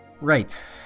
right